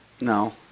No